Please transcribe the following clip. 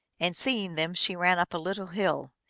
and, seeing them, she ran up a lit tle hill.